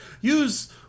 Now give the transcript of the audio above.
use